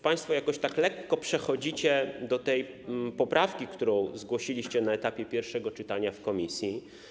Państwo jakoś tak lekko przechodzicie do tej poprawki, którą zgłosiliście na etapie pierwszego czytania w komisji.